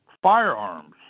Firearms